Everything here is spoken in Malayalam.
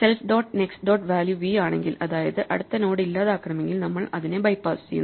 self dot next dot value v ആണെങ്കിൽ അതായത് അടുത്ത നോഡ് ഇല്ലാതാക്കണമെങ്കിൽ നമ്മൾ അതിനെ ബെപാസ്സ് ചെയ്യുന്നു